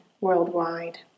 worldwide